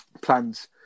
plans